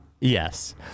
Yes